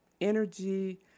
energy